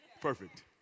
Perfect